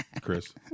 Chris